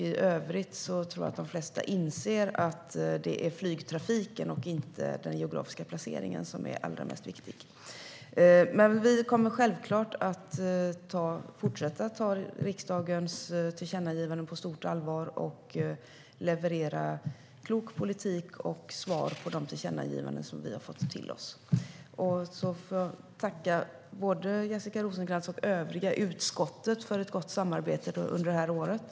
I övrigt tror jag att de flesta inser att det är flygtrafiken och inte den geografiska placeringen som är allra viktigast. Men vi kommer självklart att fortsätta att ta riksdagens tillkännagivanden på stort allvar och leverera klok politik och svar på de tillkännagivanden som vi fått. Jag får tacka både Jessica Rosencrantz och övriga i utskottet för ett gott samarbete under det här året.